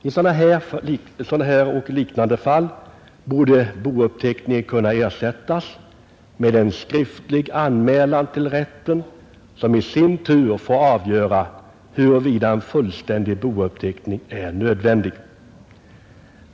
I sådana och liknande fall borde bouppteckningen kunna ersättas med en skriftlig anmälan till rätten, som i sin tur får avgöra huruvida en fullständig bouppteckning är nödvändig.